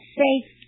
safe